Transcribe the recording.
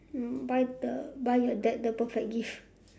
hmm buy the buy your dad the perfect gift